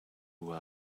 who